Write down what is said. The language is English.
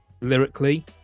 lyrically